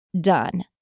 done